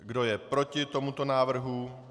Kdo je proti tomuto návrhu?